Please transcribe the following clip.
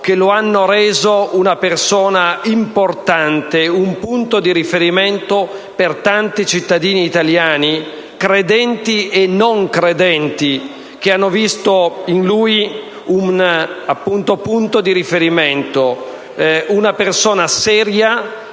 che lo hanno reso una persona importante, un punto di riferimento per tanti cittadini italiani, credenti e non credenti, che hanno visto in lui una persona seria